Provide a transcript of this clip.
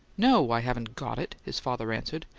no, i haven't got it! his father answered.